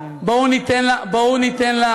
כל מה שאתה עושה זה לעמוד פה, בואו ניתן לה לגמגם.